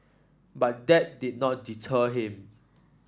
but that did not deter him